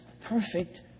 perfect